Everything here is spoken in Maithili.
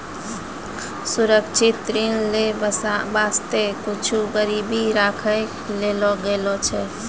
सुरक्षित ऋण लेय बासते कुछु गिरबी राखै ले लागै छै